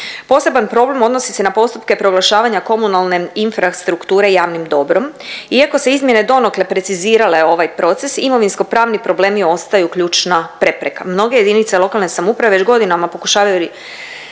Poseban problem odnosi se na postupke proglašavanja komunalne infrastrukture javnim dobrom. Iako su izmjene donekle precizirale ovaj proces imovinskopravni problemi ostaju ključna prepreka, mnoge JLS još godinama pokušavaju